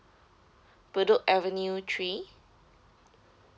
bedok avenue three